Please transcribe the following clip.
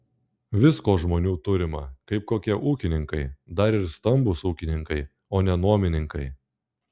visko žmonių turima kaip kokie ūkininkai dar ir stambūs ūkininkai o ne nuomininkai